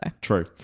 True